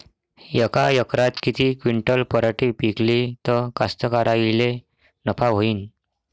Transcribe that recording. यका एकरात किती क्विंटल पराटी पिकली त कास्तकाराइले नफा होईन?